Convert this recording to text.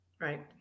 Right